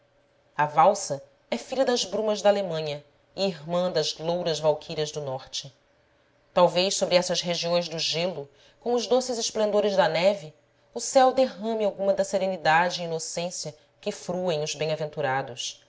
a valsa é filha das brumas da alemanha e irmã das louras valquírias do norte talvez sobre essas regiões do gelo com os doces esplendores da neve o céu derrame alguma da serenidade e inocência que fruem os bem-aventurados